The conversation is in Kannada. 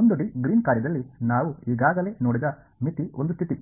1 ಡಿ ಗ್ರೀನ್ ಕಾರ್ಯದಲ್ಲಿ ನಾವು ಈಗಾಗಲೇ ನೋಡಿದ ಮಿತಿ ಒಂದು ಸ್ಥಿತಿ